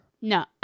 No